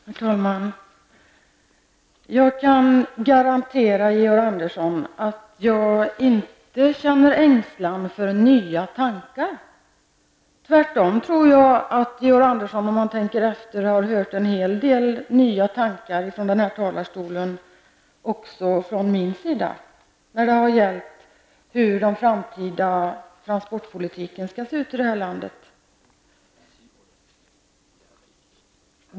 Herr talman! Jag kan garantera Georg Andersson att jag inte känner ängslan för nya tankar. Tvärtom tror jag att Georg Andersson, om han tänker efter, har hört en del nya tankar från denna talarstol också från mig när det har gällt hur den framtida transportpolitiken skall se ut i det här landet.